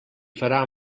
farà